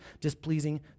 displeasing